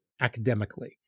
academically